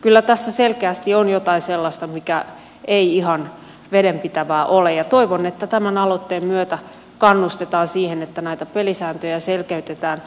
kyllä tässä selkeästi on jotain sellaista mikä ei ihan vedenpitävää ole ja toivon että tämän aloitteen myötä kannustetaan siihen että näitä pelisääntöjä selkeytetään